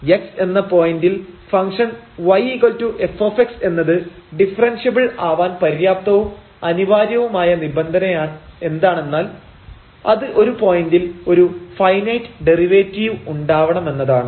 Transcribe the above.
x എന്ന പോയന്റിൽ function yf എന്നത് ഡിഫറെൻഷ്യബിൾ ആവാൻ പര്യാപ്തവും അനിവാര്യവുമായ നിബന്ധന എന്താണെന്നാൽ അത് ഒരു പോയന്റിൽ ഒരു ഫൈനൈറ്റ് ഡെറിവേറ്റീവ് ഉണ്ടാവണമെന്നതാണ്